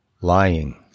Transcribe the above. lying